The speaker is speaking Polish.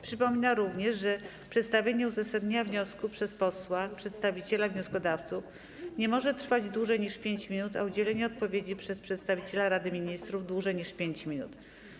Przypominam również, że przedstawienie uzasadnienia wniosku przez posła przedstawiciela wnioskodawców nie może trwać dłużej niż 5 minut, a udzielenie odpowiedzi przez przedstawiciela Rady Ministrów - dłużej niż 5 minut.